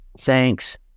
Thanks